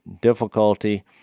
difficulty